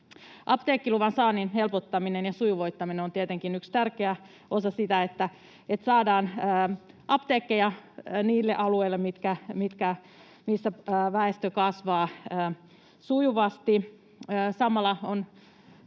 Apteekkiluvan saannin helpottaminen ja sujuvoittaminen on tietenkin yksi tärkeä osa sitä, että saadaan apteekkeja niille alueille, missä väestö kasvaa sujuvasti. Samalla on